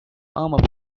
armor